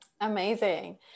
Amazing